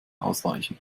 ausweichen